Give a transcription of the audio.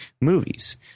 movies